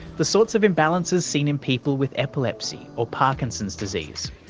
the sorts of imbalances seen in people with epilepsy or parkinson's disease.